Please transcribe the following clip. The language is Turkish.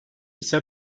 ise